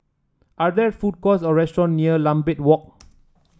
are there food courts or restaurant near Lambeth Walk